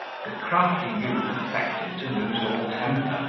the crafty youth affected to lose all temper,